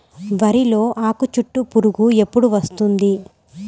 వరిలో ఆకుచుట్టు పురుగు ఎప్పుడు వస్తుంది?